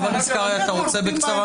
חבר הכנסת קרעי, אתה רוצה בקצרה?